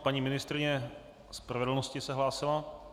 Paní ministryně spravedlnosti se hlásila.